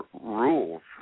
rules